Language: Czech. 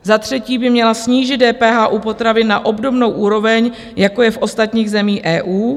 Za třetí by měla snížit DPH u potravin na obdobnou úroveň, jako je v ostatních zemích EU.